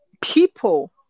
people